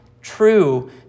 true